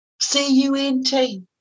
C-U-N-T